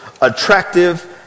attractive